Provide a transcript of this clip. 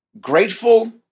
Grateful